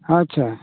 ᱟᱪᱪᱷᱟ